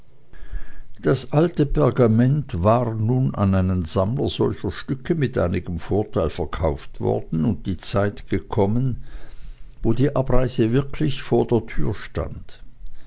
das alte pergament war nun an einen sammler solcher stücke mit einigem vorteil verkauft worden und die zeit gekommen wo die abreise wirklich vor der türe stand